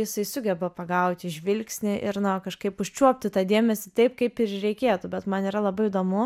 jisai sugeba pagauti žvilgsnį ir na kažkaip užčiuopti tą dėmesį taip kaip ir reikėtų bet man yra labai įdomu